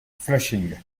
flushing